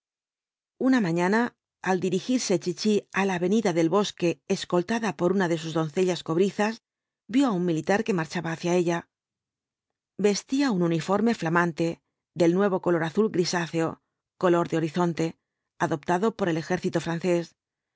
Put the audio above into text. una mañana al dirigirse chichi á la avenida del bosque escoltada por una de sus doncellas cobrizas vio á un militar que marchaba hacia ella vestía un uniforme flamante del nuevo color azul grisáceo color de horizonte adoptado por el ejército francés